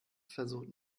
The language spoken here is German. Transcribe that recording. versucht